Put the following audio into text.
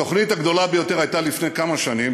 התוכנית הגדולה ביותר הייתה לפני כמה שנים,